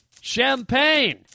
Champagne